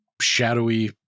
shadowy